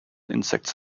insects